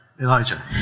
Elijah